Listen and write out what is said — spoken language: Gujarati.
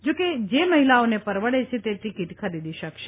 જો કે જે મહિલાઓને પરવડે છે તે ટીકીટ ખરીદી શકશે